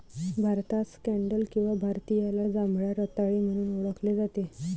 भारतात स्कँडल किंवा भारतीयाला जांभळ्या रताळी म्हणून ओळखले जाते